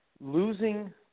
losing